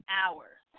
hours